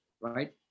right